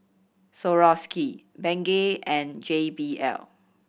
Swarovski Bengay and J B L